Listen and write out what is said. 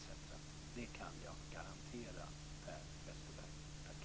Det kan jag garantera Per Westerberg. Tack!